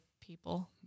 people